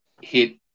hit